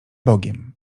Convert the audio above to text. bogiem